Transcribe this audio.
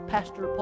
Pastor